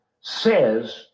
says